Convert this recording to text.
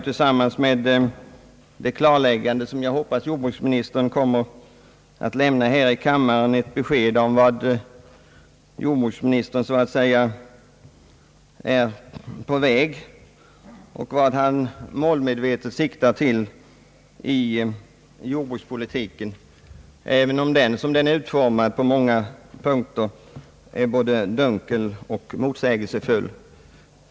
Tillsammans med de klarlägganden som jag hoppas jordbruksministern kommer att lämna här i kammaren ger svaret ett besked om vart jordbruksministern så att säga är på väg och vad han målmedvetet siktar till med sin nya jordbrukspolitik, som på många punkter är både dunkel och motsägelsefull.